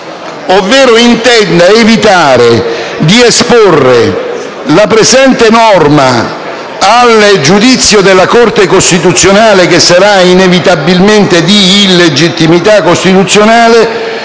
ovvero intenda evitare di esporre la presente norma al giudizio della Corte costituzionale, che sarà inevitabilmente di illegittimità costituzionale,